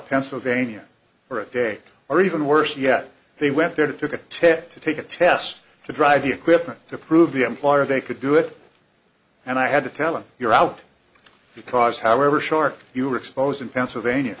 pennsylvania for a day or even worse yet they went there took a tete to take a test to drive the equipment to prove the employer they could do it and i had to tell them you're out because however short you were exposed in pennsylvania